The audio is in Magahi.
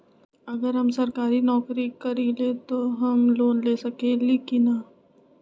अगर हम सरकारी नौकरी करईले त हम लोन ले सकेली की न?